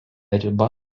riba